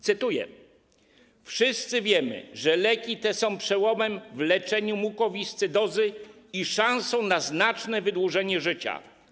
Cytuję: Wszyscy wiemy, że leki te są przełomem w leczeniu mukowiscydozy i szansą na znaczne wydłużenie życia.